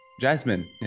Jasmine